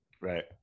right